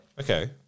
Okay